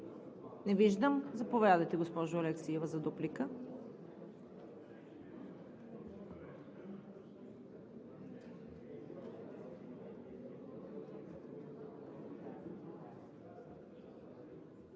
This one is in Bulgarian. Не виждам. Заповядайте, госпожо Алексиева, за дуплика.